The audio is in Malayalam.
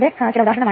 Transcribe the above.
03 is ആണ്